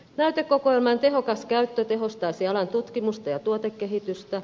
näytekokoelman tehokas käyttö tehostaisi alan tutkimusta ja tuotekehitystä